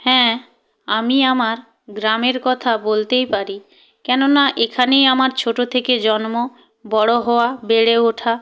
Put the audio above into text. হ্যাঁ আমি আমার গ্রামের কথা বলতেই পারি কেননা এখানেই আমার ছোট থেকে জন্ম বড় হওয়া বেড়ে ওঠা